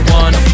one